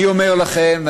אני אומר לכם,